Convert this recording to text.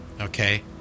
Okay